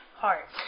heart